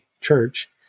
church